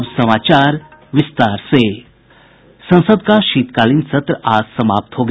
संसद का शीतकालीन सत्र आज समाप्त हो गया